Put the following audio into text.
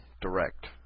direct